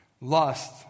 lust